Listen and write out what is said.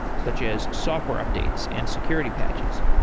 such as software updates and security patches.